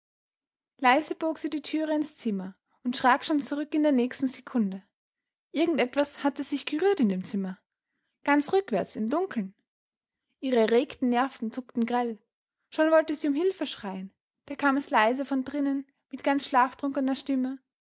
leise bog sie die türe ins zimmer und schrak schon zurück in der nächsten sekunde irgend etwas hatte sich gerührt in dem zimmer ganz rückwärts im dunkeln ihre erregten nerven zuckten grell schon wollte sie um hilfe schreien da kam es leise von drinnen mit ganz schlaftrunkener stimme